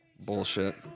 Bullshit